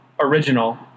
original